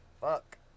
Fuck